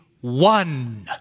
one